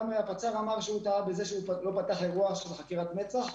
גם הפצ"ר אמר שהוא טעה בזה שהוא לא פתח אירוע של חקירת מצ"ח.